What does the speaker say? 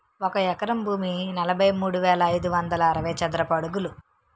ఒక ఎకరం భూమి నలభై మూడు వేల ఐదు వందల అరవై చదరపు అడుగులు